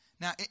Now